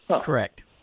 Correct